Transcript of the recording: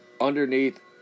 Underneath